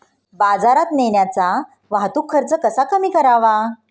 बाजारात नेण्याचा वाहतूक खर्च कसा कमी करावा?